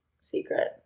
secret